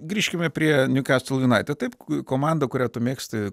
grįžkime prie newcastle united taip komanda kurią tu mėgsti